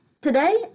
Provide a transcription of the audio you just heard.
Today